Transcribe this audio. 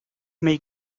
may